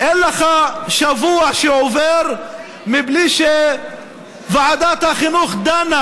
אין לך שבוע שעובר בלי שוועדת החינוך דנה